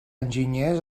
enginyers